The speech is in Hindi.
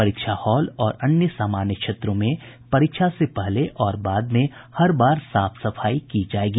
परीक्षा हॉल और अन्य सामान्य क्षेत्रों में परीक्षा से पहले और बाद में हर बार साफ सफाई की जाएगी